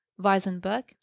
Weisenberg